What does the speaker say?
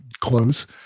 close